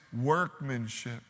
workmanship